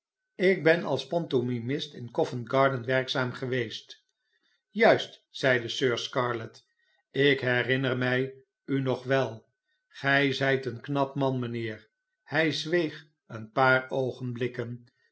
ik ben als pantomimist in oovent garden werkzaam geweest juist zeide sir scarlett ik herinner mij u nog wel gij zijt een knap man mijnheer hi zweeg een paar